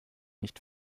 nicht